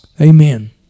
Amen